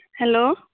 hello